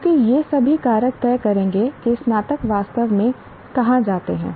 क्योंकि ये सभी कारक तय करेंगे कि स्नातक वास्तव में कहाँ जाते हैं